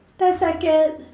ten second